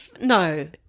No